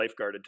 lifeguarded